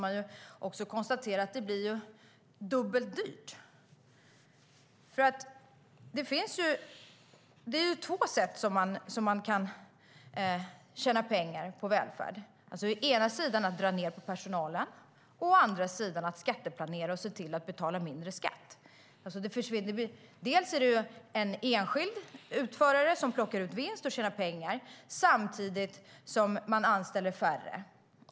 Någonstans måste man konstatera att det blir dubbelt så dyrt. Det finns två sätt att tjäna pengar på välfärden. Det ena är att dra ned på personalen, och det andra är att skatteplanera och se till att betala mindre skatt. Det handlar alltså om en enskild utförare som plockar ut vinst och tjänar pengar samtidigt som man anställer färre.